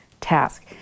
task